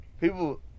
People